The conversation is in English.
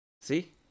See